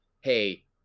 hey